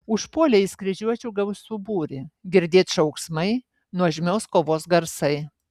užpuolė jis kryžiuočių gausų būrį girdėt šauksmai nuožmios kovos garsai